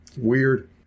Weird